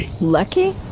Lucky